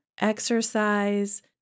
exercise